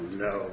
no